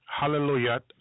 hallelujah